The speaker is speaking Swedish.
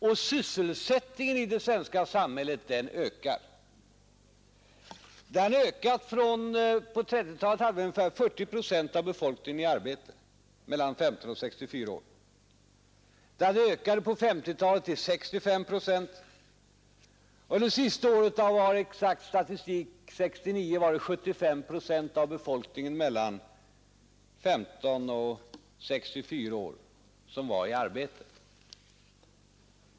Och sysselsättningen i det svenska samhället ökar. På 1930-talet hade vi ungefär 40 procent av befolkningen mellan 15 och 64 år i arbete. På 1950-talet hade sysselsättningen ökat till 65 procent, och under det senaste år som vi har exakt statistik för — 1969 — var 75 procent av befolkningen mellan 15 och 64 år ute i arbete.